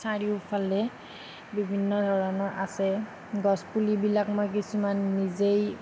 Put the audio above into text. চাৰিওফালে বিভিন্ন ধৰণৰ আছে গছপুলিবিলাক মই কিছুমান নিজেই